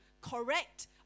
correct